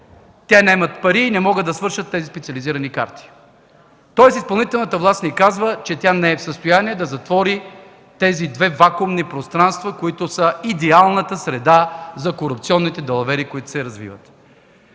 те нямат пари и не могат да свършат тези специализирани карти. Тоест изпълнителната власт ни казва, че не е в състояние да затвори тези две вакуумни пространства, идеалната среда за корупционните далавери, които се развиват.